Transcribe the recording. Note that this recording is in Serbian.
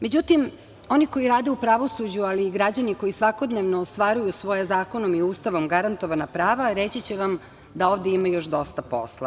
Međutim, oni koji rade u pravosuđe, ali i građani koji svakodnevno ostvaruju svoja zakonom i Ustavom garantovana prava reći će vam da ovde ima još dosta posla.